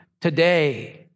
today